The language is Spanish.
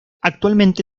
actualmente